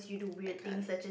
I can't